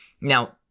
Now